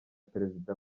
perezida